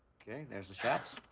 okay, there's the shots.